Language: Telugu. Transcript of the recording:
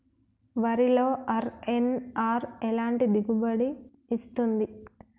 వరిలో అర్.ఎన్.ఆర్ ఎలాంటి దిగుబడి ఇస్తుంది?